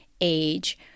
age